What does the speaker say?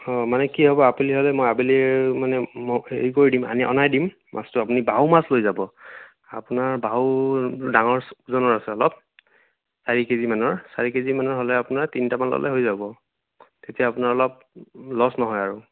মানে কি হ'ব আবেলি হ'লে মই আবেলি মানে মোক হেৰি কৰি দিম আনি অনাই দিম মাছটো আপুনি বাহু মাছ লৈ যাব আপোনাৰ বাহু ডাঙৰ ওজনৰ আছে অলপ চাৰি কেজি মানৰ চাৰি কেজি মানৰ হ'লে আপোনাৰ তিনিটা মান ল'লে হৈ যাব তেতিয়া আপোনাৰ অলপ লছ নহয় আৰু